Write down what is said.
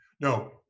No